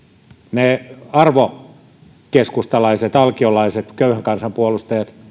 ne arvokeskustalaiset alkiolaiset köyhän kansan puolustajat